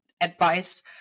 advice